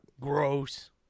Gross